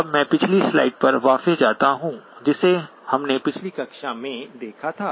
अब मैं पिछली स्लाइड पर वापस जाता हूं जिसे हमने पिछली कक्षा में देखा था